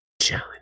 Challenge